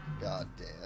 Goddamn